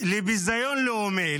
לביזיון לאומי,